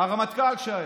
הרמטכ"ל שהיה.